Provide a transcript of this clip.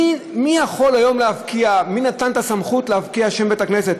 מי יכול היום להפקיע מי נתן את הסמכות להפקיע שם בית-כנסת?